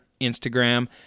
Instagram